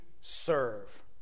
serve